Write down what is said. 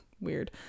Weird